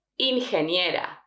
Ingeniera